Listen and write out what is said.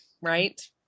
right